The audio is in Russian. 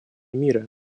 мира